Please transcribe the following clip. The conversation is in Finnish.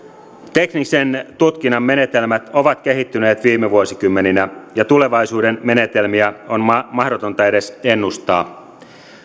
teknisen tutkinnan menetelmät ovat kehittyneet viime vuosikymmeninä ja tulevaisuuden menetelmiä on mahdotonta edes ennustaa